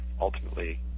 ultimately